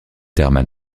hermann